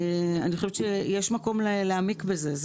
ואני חושבת שיש מקום להעמיק בזה.